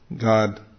God